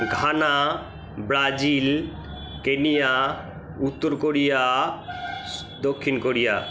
Ghana Brazil Kenya উত্তর Korea দক্ষিণ Korea